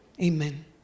Amen